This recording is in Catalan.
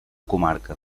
comarca